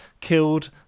Killed